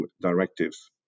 directives